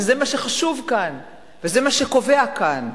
וזה מה שחשוב כאן וזה מה שקובע כאן.